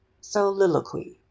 soliloquy